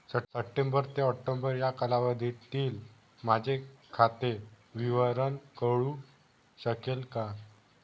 September ते October या कालावधीतील माझे खाते विवरण कळू शकेल का?